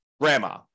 grandma